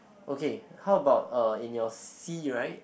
okay how about uh in your sea right